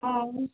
অঁ